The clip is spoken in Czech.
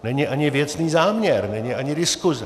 Není ani věcný záměr, není ani diskuse.